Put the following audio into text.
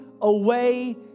away